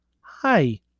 Hi